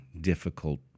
difficult